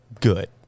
good